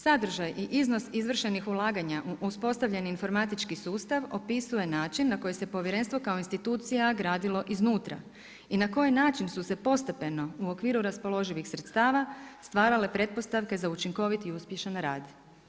Sadržaj i iznos izvršenih ulaganja u uspostavljeni informatički sustav opisuje način na koji se Povjerenstvo kao institucija gradilo iznutra i na koji način su se postepeno u okviru raspoloživih sredstava stvarale pretpostavke za učinkovit i uspješan rad.